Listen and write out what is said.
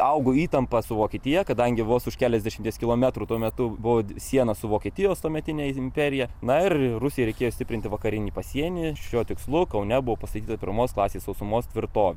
augo įtampa su vokietija kadangi vos už keliasdešimties kilometrų tuo metu buvo siena su vokietijos tuometine imperija na ir rusijai reikėjo stiprinti vakarinį pasienį šiuo tikslu kaune buvo pastatyta pirmos klasės sausumos tvirtovė